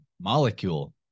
molecule